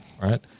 right